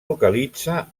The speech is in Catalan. localitza